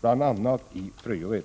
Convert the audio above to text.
bl.a. i Fröjered.